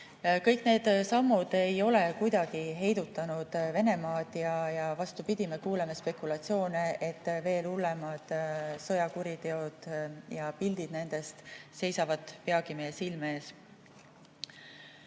Kõik need sammud ei ole kuidagi heidutanud Venemaad. Vastupidi, me kuuleme spekulatsioone, et veel hullemad sõjakuriteod ja pildid nendest seisavad peagi meie silme